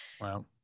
wow